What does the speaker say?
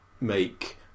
make